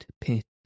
pit